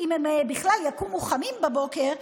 אם הם בכלל יקומו חמים בבוקר,